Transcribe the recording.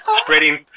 spreading